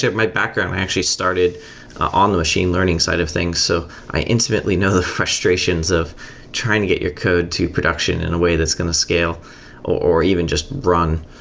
my background, i actually started on the machine learning side of things. so i intimately know the frustrations of trying to get your code to production in a way that's going to scale or even just run.